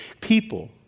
people